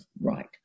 Right